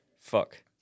Fuck